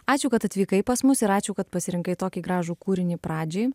ačiū kad atvykai pas mus ir ačiū kad pasirinkai tokį gražų kūrinį pradžiai